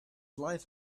life